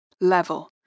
level